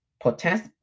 protest